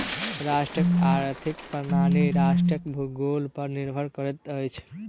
राष्ट्रक आर्थिक प्रणाली राष्ट्रक भूगोल पर निर्भर करैत अछि